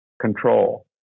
control